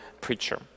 preacher